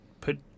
put